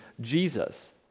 Jesus